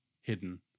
hidden